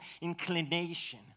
inclination